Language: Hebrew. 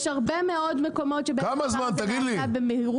יש הרבה מאוד מקומות שבהם הדבר הזה נעשה במהירות.